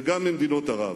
וגם ממדינות ערב.